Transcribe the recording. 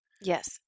Yes